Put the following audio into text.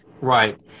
right